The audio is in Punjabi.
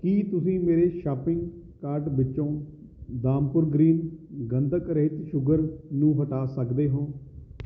ਕੀ ਤੁਸੀਂ ਮੇਰੇ ਸ਼ਾਪਿੰਗ ਕਾਰਟ ਵਿੱਚੋਂ ਧਾਮਪੁਰ ਗ੍ਰੀਨ ਗੰਧਕ ਰਹਿਤ ਸ਼ੂਗਰ ਨੂੰ ਹਟਾ ਸਕਦੇ ਹੋ